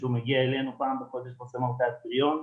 הוא מגיע אלינו פעם בחודש ועושה מרפאת פריון.